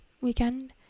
weekend